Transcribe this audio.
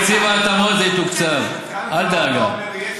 מתקציב ההתאמות זה יתוקצב, אל דאגה.